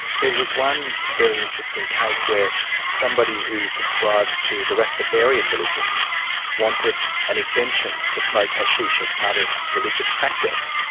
there was one very interesting case where somebody who subscribed to the rastafarian religion wanted an exemption to smoke hashish as part of religious practice.